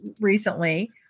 recently